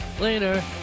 later